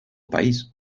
país